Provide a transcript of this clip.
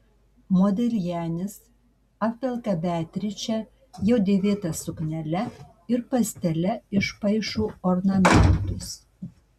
modiljanis apvelka beatričę jau dėvėta suknele ir pastele išpaišo ornamentus